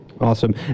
Awesome